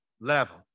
level